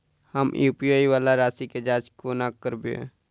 हम यु.पी.आई वला राशि केँ जाँच कोना करबै?